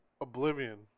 Oblivion